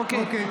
אוקיי.